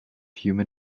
human